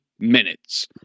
minutes